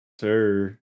sir